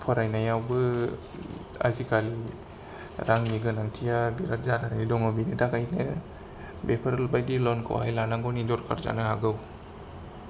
फरायनायावबो आजिखालि रांनि गोनांथिया बिराद जानानै दङ बिनि थाखायनो बेफोरबायदि लनखौहाय लानांगौनि दरखार जानो हागौ